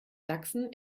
sachsen